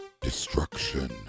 destruction